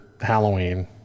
Halloween